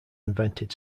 invented